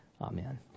Amen